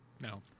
no